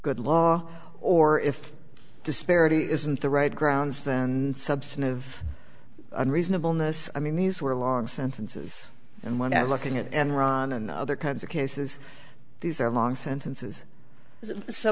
good law or if disparity isn't the right grounds then and substantive unreasonableness i mean these were long sentences and when i was looking at enron and other kinds of cases these are long sentences so